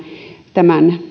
tämän